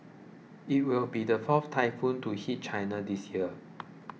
it will be the fourth typhoon to hit China this year